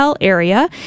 area